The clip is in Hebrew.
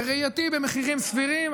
בראייתי, במחירים סבירים.